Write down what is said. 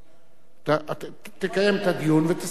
תקיים את הדיון ותסכם אותו.